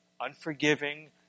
unforgiving